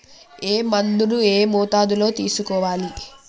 ఏ మందును ఏ మోతాదులో తీసుకోవాలి?